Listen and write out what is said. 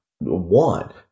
one